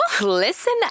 listen